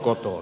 toistan